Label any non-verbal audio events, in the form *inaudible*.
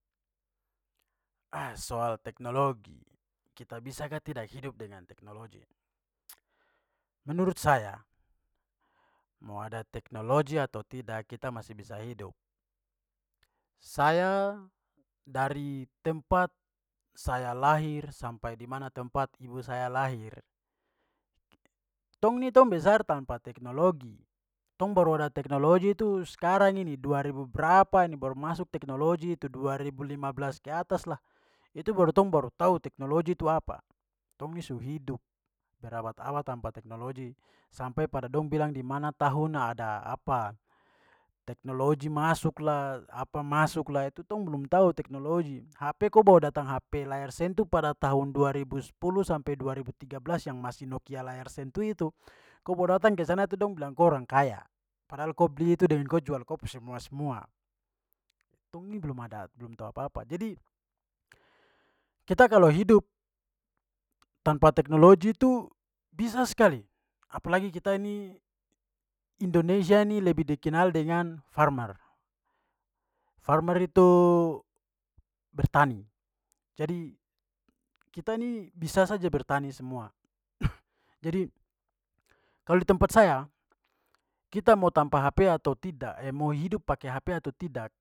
*noise* soal teknologi, kita bisa ka tidak hidup dengan teknologi? *noise* menurut saya, mau ada teknologi atau tidak, kita masih bisa hidup. Saya dari tempat saya lahir sampai di mana tempat ibu saya lahir, tong ini tong besar tanpa teknologi. Tong baru ada teknologi itu sekarang ini, dua ribuberapa ini baru masuk teknologi itu, dua ribu lima belas ke atas lah. Itu baru tong baru tahu tahu teknologi itu apa. Tong ni su hidup berabad-abad tanpa teknologi, sampai pada dong bilang dimana tahun ada *hesitation* teknologi masuk lah, apa masuk lah, itu tong belum tahu teknologi. Hp ko bawa datang HP layar sentuh pada tahun dua ribu sepuluh sampai dua ribu tiga belas yang masih nokia layar sentuh itu, ko bawa datang ke sana tu dong bilang ko orang kaya padahal ko beli itu dengan ko jual ko pu semua-semua. Tong ini belum ada belum tahu apa-apa. Jadi kita kalau hidup tanpa teknologi tu bisa skali, apalagi kita ini indonesia ini lebih dikenal dengan farmer. Farmer itu bertani. Jadi, kita ni bisa saja bertani semua. Jadi kalau di tempat saya kita mau tanpa HP atau tidak eh mau hidup pakai HP atau tidak.